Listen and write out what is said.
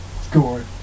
score